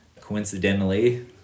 Coincidentally